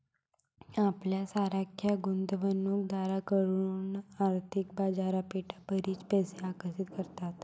आपल्यासारख्या गुंतवणूक दारांकडून आर्थिक बाजारपेठा बरीच पैसे आकर्षित करतात